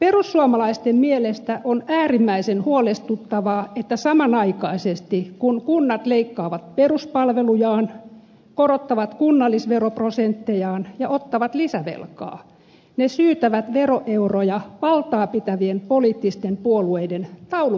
perussuomalaisten mielestä on äärimmäisen huolestuttavaa että samanaikaisesti kun kunnat leikkaavat peruspalvelujaan korottavat kunnallisveroprosenttejaan ja ottavat lisävelkaa ne syytävät veroeuroja valtaapitävien poliittisten puolueiden taulukauppoihin